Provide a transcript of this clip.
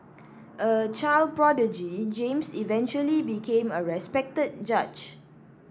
a child prodigy James eventually became a respected judge